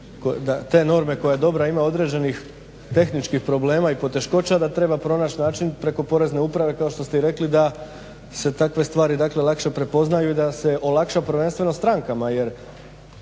te norme koja je dobra ima određenih tehničkih problema i poteškoća, da treba pronaći način preko porezne uprave kao što ste i rekli da se takve stvari, dakle lakše prepoznaju i da se olakša prvenstveno strankama